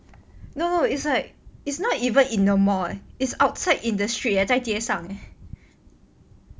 no no it's like it's not even in the mall leh it's outside in the street leh 在街上 eh